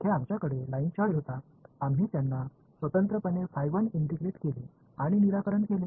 முந்தைய சிக்கலில் எங்களிடம் லைன் சார்ஜ் இருந்தது நாம் அவற்றை ஒருங்கிணைத்து தனித்தனியாக எடுத்து தீர்வு பெற்றோம்